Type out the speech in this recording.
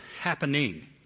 happening